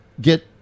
get